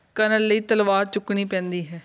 ਕਰਨ ਲਈ ਤਲਵਾਰ ਚੁੱਕਣੀ ਪੈਂਦੀ ਹੈ